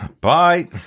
Bye